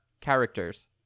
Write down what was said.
Characters